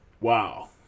Wow